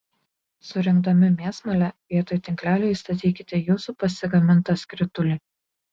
surinkdami mėsmalę vietoj tinklelio įstatykite jūsų pasigamintą skritulį